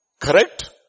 correct